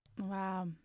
Wow